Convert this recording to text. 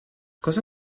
cosa